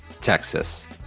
Texas